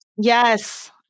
Yes